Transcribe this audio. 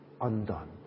undone